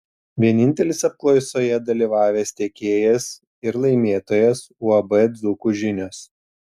vienintelis apklausoje dalyvavęs tiekėjas ir laimėtojas uab dzūkų žinios